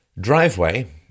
driveway